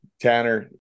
tanner